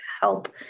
help